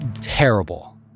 terrible